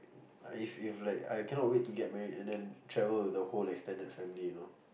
I if if like I cannot wait to get married and then travel with the whole extended family you know